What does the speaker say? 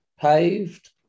paved